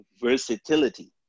versatility